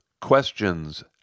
questions